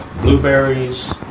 blueberries